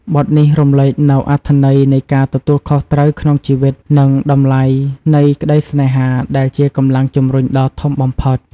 បទនេះរំលេចនូវអត្ថន័យនៃការទទួលខុសត្រូវក្នុងជីវិត និងតម្លៃនៃក្តីស្នេហាដែលជាកម្លាំងជំរុញដ៏ធំបំផុត។